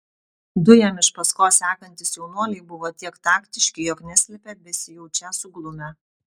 du jam iš paskos sekantys jaunuoliai buvo tiek taktiški jog neslėpė besijaučią suglumę